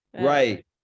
Right